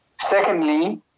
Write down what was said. Secondly